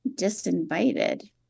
disinvited